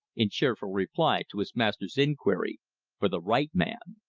in cheerful reply to his master's inquiry for the right man!